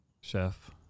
chef